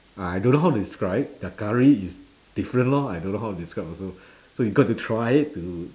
uh I don't know how to describe their curry is different lor I don't know how to describe also so you got to try it to